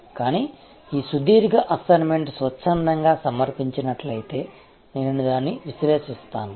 కానీ ఈ సుదీర్ఘ అసైన్మెంట్ స్వచ్ఛందంగా సమర్పించినట్లయితే నేను దానిని విశ్లేషిస్తాను